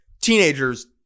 teenagers